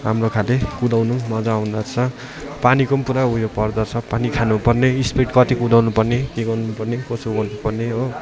हाम्रो खाँदै कुदाउनु मजा आउँदोरहेछ पानीको पनि पुरा उयो पर्दोरहेछ पानी खानुपर्ने स्पिड कति कुदाउनुपर्ने के गर्नुपर्ने कसो गर्नुपर्ने हो